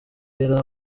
yari